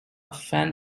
fan